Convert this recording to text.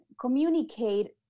communicate